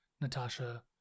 Natasha